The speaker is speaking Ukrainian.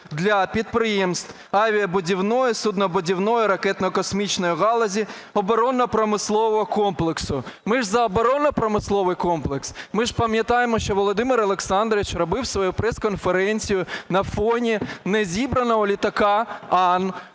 для підприємств авіабудівної, суднобудівної, ракетно-космічної галузі, оборонно-промислового комплексу. Ми ж за оборонно-промисловий комплекс? Ми ж пам'ятаємо, що Володимир Олександрович робив свою прес-конференцію на фоні незібраного літака "Ан"